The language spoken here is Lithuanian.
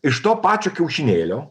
iš to pačio kiaušinėlio